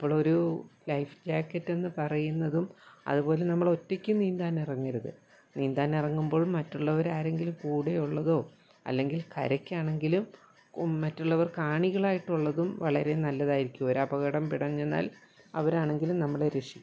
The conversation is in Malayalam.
അപ്പോഴൊരു ലൈഫ് ജാക്കറ്റ് എന്നു പറയുന്നതും അതു പോലെ നമ്മളൊറ്റയ്ക്ക് നിന്താനിറങ്ങരുത് നിന്താനിറങ്ങുമ്പോൾ മറ്റുള്ളവരാരെങ്കിലും കൂടെയുള്ളതോ അല്ലെങ്കിൽ കരക്കാണെങ്കിലും മറ്റുള്ളവർ കാണികളായിട്ടുള്ളതും വളരെ നല്ലതായിരിക്കും ഒരപകടം പിടഞ്ഞെന്നാൽ അവരാണെങ്കിലും നമ്മളെ രക്ഷി